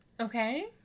Okay